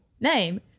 name